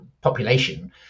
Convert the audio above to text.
population